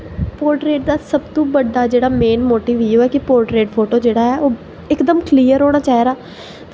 portrait दा सब तो बड्डा जेह्ड़ा मेन मोटिव इ'यो ऐ कि पोर्ट्रेट फोटो जेह्ड़ा ऐ ओह् इकदम क्लीयर होना चाहिदा